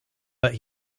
but